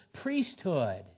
priesthood